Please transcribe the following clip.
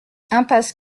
impasse